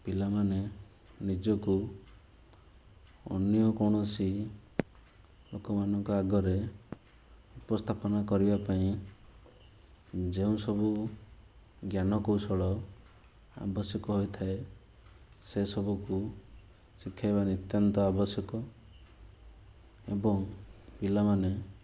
ପିଲାମାନେ ନିଜକୁ ଅନ୍ୟ କୌଣସି ଲୋକମାନଙ୍କ ଆଗରେ ଉପସ୍ଥାପନ କରିବା ପାଇଁ ଯେଉଁସବୁ ଜ୍ଞାନକୌଶଳ ଆବଶ୍ୟକ ହୋଇଥାଏ ସେସବୁକୁ ଶିଖେଇବା ନିତ୍ୟାନ୍ତ ଆବଶ୍ୟକ ଏବଂ ପିଲାମାନେ